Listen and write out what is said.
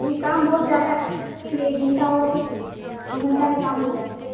ابھی کام بہت زیادہ ہے کام کریں گے ایک گھنٹہ ہوگا تب تو ایک گھنٹہ میں کام ہو جائے